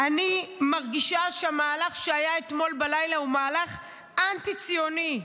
אני מרגישה שהמהלך שהיה אתמול בלילה הוא מהלך אנטי ציוני,